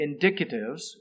indicatives